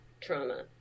trauma